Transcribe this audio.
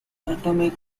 atomic